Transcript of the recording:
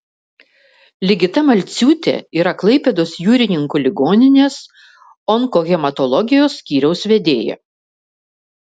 ligita malciūtė yra klaipėdos jūrininkų ligoninės onkohematologijos skyriaus vedėja